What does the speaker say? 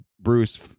bruce